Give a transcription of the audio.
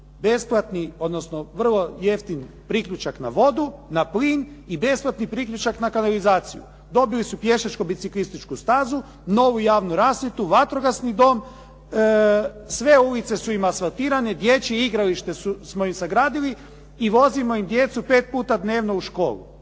besplatni, odnosno vrlo jeftini priključak na vodu, na plin i besplatni priključak na kanalizaciju. Dobili su pješačko-biciklističku stazu, novu javnu rasvjetu, vatrogasni dom, sve ulice su im asfaltirane, dječja igrališta smo im sagradili i vozimo im djecu 5 puta dnevno u školu,